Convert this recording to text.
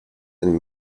and